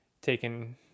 taken